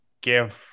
give